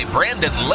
Brandon